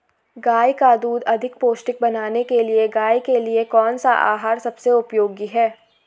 गाय का दूध अधिक पौष्टिक बनाने के लिए गाय के लिए कौन सा आहार सबसे उपयोगी है?